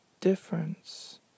difference